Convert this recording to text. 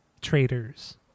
traders